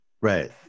Right